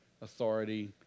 authority